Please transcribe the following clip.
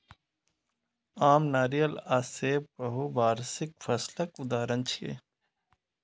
आम, नारियल आ सेब बहुवार्षिक फसलक उदाहरण छियै